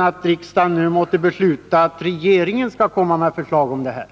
att-sats att riksdagen nu skall begära att regeringen skall komma med förslag.